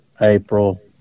april